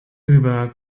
über